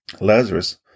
Lazarus